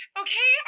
okay